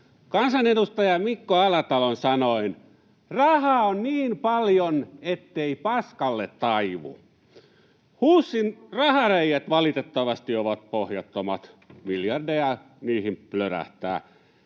Kansanedustaja Mikko Alatalon sanoin: ”Rahaa on niin paljon, ettei paskalle taivu.” Huussin rahareiät valitettavasti ovat pohjattomat, miljardeja niihin plörähtää.